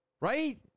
right